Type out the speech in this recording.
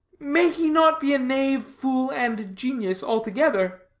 may he not be knave, fool, and genius altogether?